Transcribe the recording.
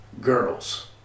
girls